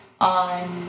on